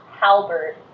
halberd